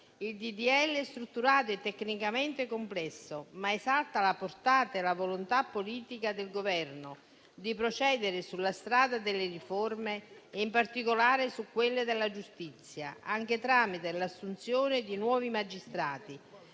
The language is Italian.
legge è strutturato e tecnicamente complesso, ma esalta la portata e la volontà politica del Governo di procedere sulla strada delle riforme e in particolare su quella della giustizia, anche tramite l'assunzione di nuovi magistrati,